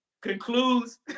concludes